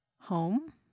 home